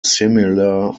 similar